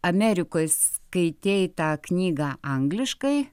amerikoj skaitei tą knygą angliškai